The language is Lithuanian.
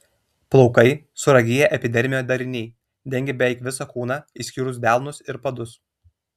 plaukai suragėję epidermio dariniai dengia beveik visą kūną išskyrus delnus ir padus